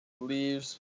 leaves